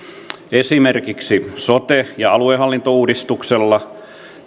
esimerkiksi sote ja aluehallintouudistuksella